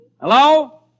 Hello